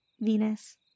Venus